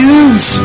use